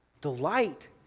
Delight